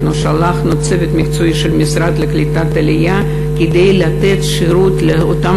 צוות מקצועי מהמשרד לקליטת העלייה כדי לתת שירות לאותם